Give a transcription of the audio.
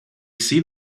see